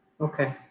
Okay